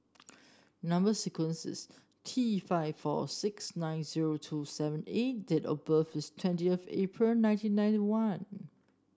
number sequence is T five four six nine zero two seven A date of birth is twentieth April nineteen ninety one